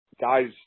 guys –